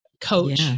Coach